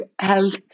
health